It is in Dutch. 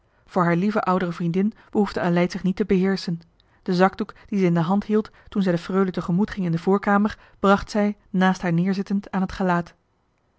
voor haar lieve oudere vriendin behoefde aleid zich niet te beheerschen den zakdoek dien ze in de hand hield toen zij de freule tegemoetging in de voorkamer bracht zij naast haar neerzittend aan het gelaat